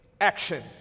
action